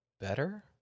better